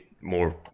more